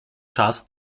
czas